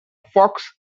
fox